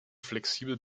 flexibel